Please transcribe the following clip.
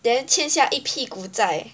then 欠下一屁股债